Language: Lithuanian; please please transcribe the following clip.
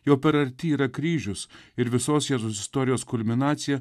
jo per arti yra kryžius ir visos jėzaus istorijos kulminacija